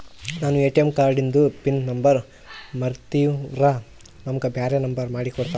ನಾನು ಎ.ಟಿ.ಎಂ ಕಾರ್ಡಿಂದು PIN number ಮರತೀವಂದ್ರ ನಮಗ ಬ್ಯಾರೆ ನಂಬರ್ ಮಾಡಿ ಕೊಡ್ತೀರಿ?